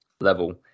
level